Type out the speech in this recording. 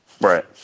Right